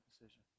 decision